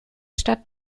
stadt